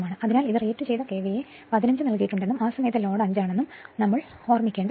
അതിനാൽ ഇത് റേറ്റു ചെയ്ത KVA 15 നൽകിയിട്ടുണ്ടെന്നും ആ സമയത്ത് ലോഡ് 5 ആണെന്നും ഞങ്ങൾ ഓർമ്മിക്കേണ്ടതാണ്